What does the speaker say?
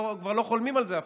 הם כבר לא חולמים על זה,